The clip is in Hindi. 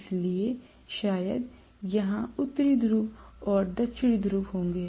इसलिए शायद यहाँ उत्तरी ध्रुव और दक्षिण ध्रुव होगे